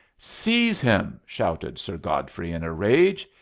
seize him! shouted sir godfrey in a rage.